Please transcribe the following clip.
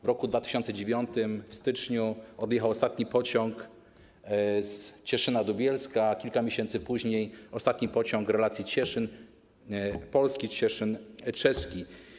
W roku 2009, w styczniu, odjechał ostatni pociąg z Cieszyna do Bielska, kilka miesięcy później - ostatni pociąg relacji Cieszyn polski - Cieszyn czeski.